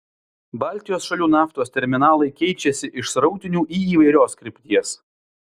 baltijos šalių naftos terminalai keičiasi iš srautinių į įvairios krypties